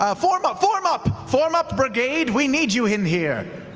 ah form up, form up! form up, brigade, we need you in here.